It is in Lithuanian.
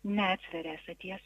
neatveria esaties